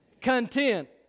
content